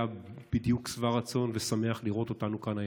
היה בדיוק שבע רצון ושמח לראות אותנו כאן היום.